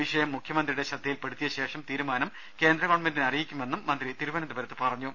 വിഷയം മുഖ്യമന്ത്രിയുടെ ശ്രദ്ധയിൽപ്പെടുത്തിയ ശേഷം തീരുമാനം കേന്ദ്ര ഗവൺമെന്റിനെ അറിയിക്കുമെന്നും മന്ത്രി തിരുവനന്തപുരത്ത് അറിയിച്ചു